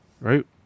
right